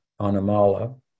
Anamala